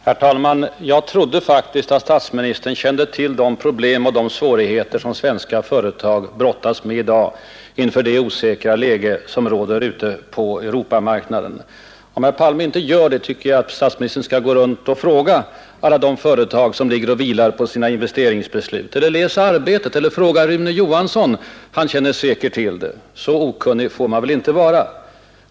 Herr talman! Jag trodde faktiskt att statsministern kände till de Torsdagen den problem och de svårigheter som svenska företag brottas med i dag inför 2 december 1971 vårt osäkra läge på Europamarknaden. Om herr Palme inte gör det, tycker jag att statsministern skall gå runt och fråga alla de företag som ligger och vilar på sina investeringsbeslut. Eller läs Arbetet, eller fråga Rune Johansson! Han känner säkert till det. Så okunnig får man inte vara!